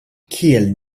kiel